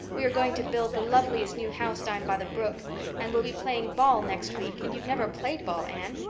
we are going to build the loveliest new house down by the brook and we'll be playing ball next week and you've never played ball, anne.